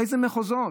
לאיזה מחוזות?